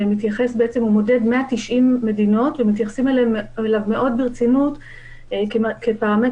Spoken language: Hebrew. שמתייחס ומודד 190 מדינות ומתייחסים אליו מאוד ברצינות כפרמטר